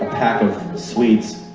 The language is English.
pack of sweets